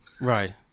Right